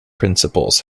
principles